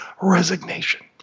resignation